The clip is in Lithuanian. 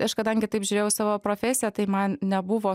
aš kadangi taip žiūrėjau į savo profesiją tai man nebuvo